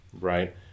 Right